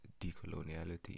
decoloniality